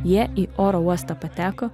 jie į oro uostą pateko